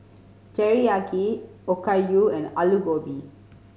Teriyaki Okayu and Alu Gobi